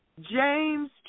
James